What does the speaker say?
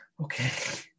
Okay